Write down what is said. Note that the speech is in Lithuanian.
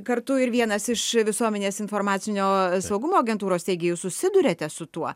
kartu ir vienas iš visuomenės informacinio saugumo agentūros steigėjų susiduriate su tuo